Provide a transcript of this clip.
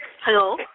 Hello